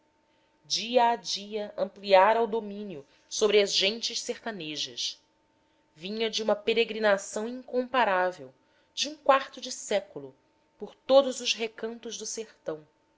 dia a dia ampliara o domínio sobre as gentes sertanejas vinha de uma peregrinação incomparável de um quarto de século por todos os recantos do sertão